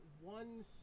one